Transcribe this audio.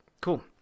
Cool